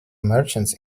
martians